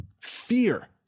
Fear